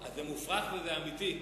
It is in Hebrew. זה מופרך וזה אמיתי.